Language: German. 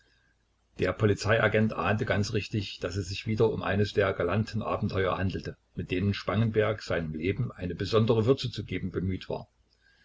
der polizeiagent ahnte ganz richtig daß es sich wieder um eines der galanten abenteuer handelte mit denen spangenberg seinem leben eine besondere würze zu geben bemüht war